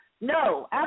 No